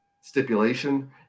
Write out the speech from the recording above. stipulation